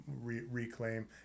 reclaim